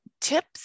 tips